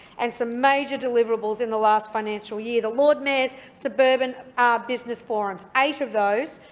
and some major deliverables in the last financial year, the lord mayor's suburban business forums eight of those,